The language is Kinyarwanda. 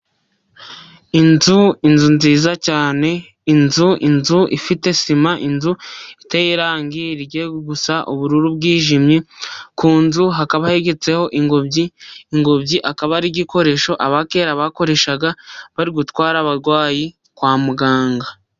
Inzu nziza cyane, inzu ifite sima, inzu iteye irangi risa n'ubururu bwijimye. Ku nzu hakaba hegetseho ingobyi, ingobyi akaba ari igikoresho abakera bakoreshaga bari gutwara abarwayi kwa muganga.